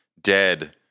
dead